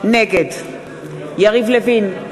נגד יריב לוין,